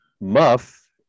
muff